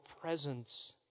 presence